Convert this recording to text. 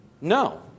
no